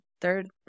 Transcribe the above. third